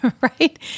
right